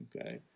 Okay